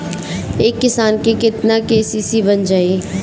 एक किसान के केतना के.सी.सी बन जाइ?